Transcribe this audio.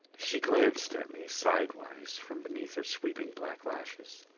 she glanced at me sidewise from beneath her sweeping black lashes.